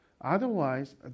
Otherwise